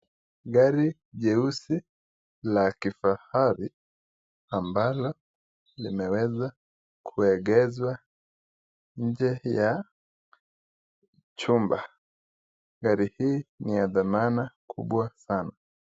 Gari jeusi la kifahari ambalo limeweza kuegezwa nje ya chumba. Gari hii ni ya thamana kubwa sana.